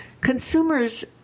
Consumers